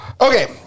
Okay